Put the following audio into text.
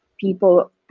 people